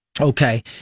Okay